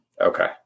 Okay